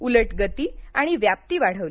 उलट गती आणि व्यापी वाढवली